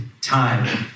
time